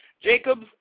Jacobs